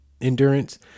endurance